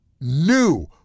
new